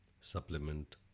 supplement